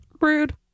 Rude